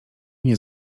nie